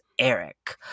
Eric